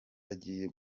agiye